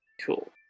Cool